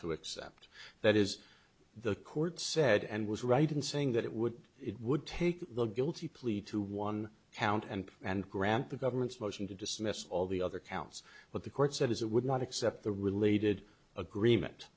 to accept that is the court said and was right in saying that it would it would take the guilty plea to one count and and grant the government's motion to dismiss all the other counts but the court said it would not accept the related agreement